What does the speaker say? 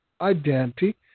identity